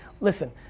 listen